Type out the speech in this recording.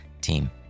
team